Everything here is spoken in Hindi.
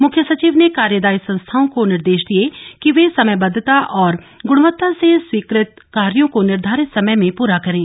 मुख्य सचिव ने कार्यदायी संस्थाओं को निर्देश दिये कि वे समयबद्धता और ग्रणवत्ता से स्वीकृत कार्यो को निर्धारित समय में पूरा करें